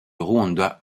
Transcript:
rwanda